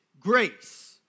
grace